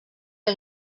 que